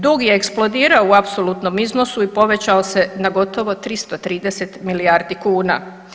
Dug je eksplodirao u apsolutnom iznosu i povećao se na gotovo 330 milijardi kuna.